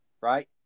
right